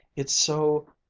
it's so,